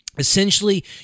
Essentially